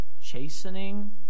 chastening